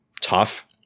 tough